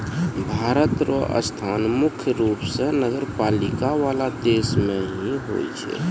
भारत र स्थान मुख्य रूप स नगरपालिका वाला देश मे ही होय छै